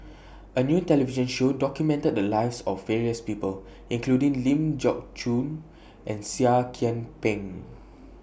A New television Show documented The Lives of various People including Ling Geok Choon and Seah Kian Peng